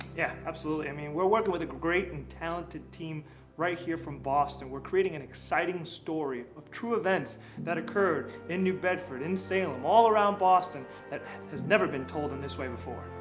yeah, absolutely, i mean we're working with a great and talented team right here from boston. we're creating an exciting story of true events that occurred in new bedford, in salem, all around boston that has never been told in this way before.